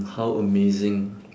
how amazing